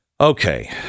Okay